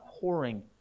pouring